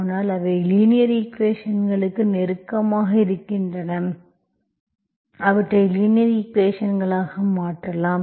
ஆனால் அவை லீனியர் ஈக்குவேஷன்ஸ்களுக்கு நெருக்கமாக இருக்கின்றன அவற்றை லீனியர் ஈக்குவேஷன்ஸ்களாக மாற்றலாம்